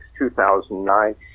2009